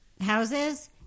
houses